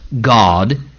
God